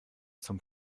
zum